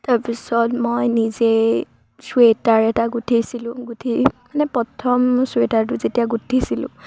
তাৰপিছত মই নিজেই চুৱেটাৰ এটা গুঠিছিলোঁ গুঠি মানে প্ৰথম চুৱেটাৰটো যেতিয়া গুঠিছিলোঁ